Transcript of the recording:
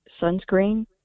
sunscreen